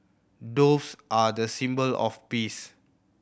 doves are the symbol of peace